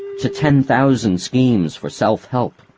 to ten thousand schemes for self-help.